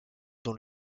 dont